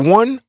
one